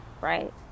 Right